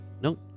Nope